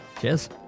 Cheers